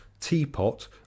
teapot